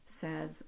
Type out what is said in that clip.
says